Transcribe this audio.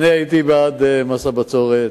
אדוני היושב-ראש, אני הייתי בעד מס הבצורת.